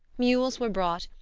mules were brought,